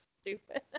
stupid